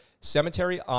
Cemetery